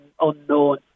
unknown